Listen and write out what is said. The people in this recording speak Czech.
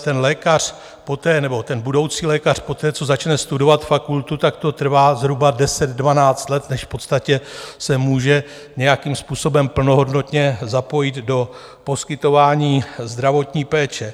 Ten lékař poté, nebo ten budoucí lékař poté, co začne studovat fakultu, tak to trvá zhruba deset, dvanáct let než v podstatě se může nějakým způsobem plnohodnotně zapojit do poskytování zdravotní péče.